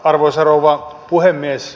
arvoisa rouva puhemies